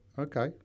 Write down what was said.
Okay